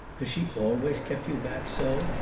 has she always kept you back so?